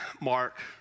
Mark